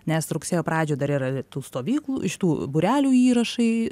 nes rugsėjo pradžią dar yra tų stovyklų iš tų būrelių įrašai